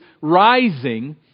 rising